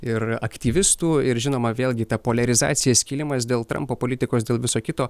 ir aktyvistų ir žinoma vėlgi ta poliarizacija skilimas dėl trampo politikos dėl viso kito